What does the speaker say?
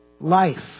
life